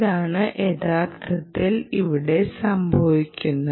ഇതാണ് യഥാർത്ഥത്തിൽ ഇവിടെ സംഭവിക്കുന്നത്